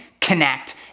Connect